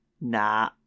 Nah